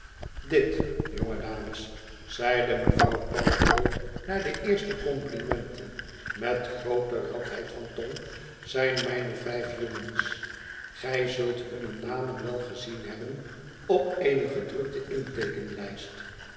dit jonge dames zeide mevrouw pardiggle na de eerste complimenten met groote radheid van tong zijn mijne vijf jongens gij zult hunne namen wel gezien hebben op eene gedrukte